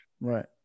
Right